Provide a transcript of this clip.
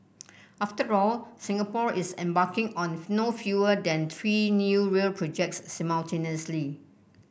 after all Singapore is embarking on no fewer than three new rail projects simultaneously